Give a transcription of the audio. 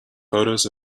photos